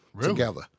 together